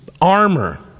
armor